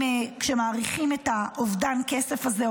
כשמעריכים את אובדן הכסף הזה,